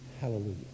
Hallelujah